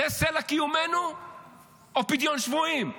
זה סלע קיומנו או פדיון שבויים?